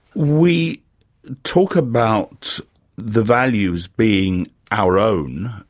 we talk about the values being our own,